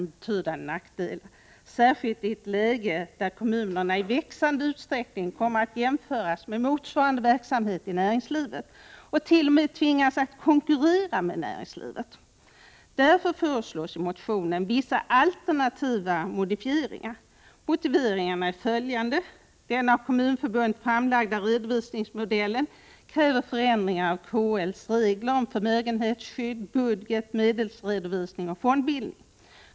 betydande nackdelar, särskilt i ett läge där kommunerna i växande utsträck Kommunalekono — ning kommer att jämföras med motsvarande verksamhet i näringslivet och miska frågor t.o.m. tvingas att konkurrera med näringslivet. Därför föreslås i motionen vissa alternativa modifieringar. Motiveringarna är följande: Den av Kommunförbundet framlagda redovisningsmodellen kräver förändringar av KL:s regler om förmögenhetsskydd, budget, medelsredovisning och fondbildning.